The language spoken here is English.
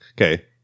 Okay